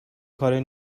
کارای